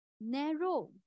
narrow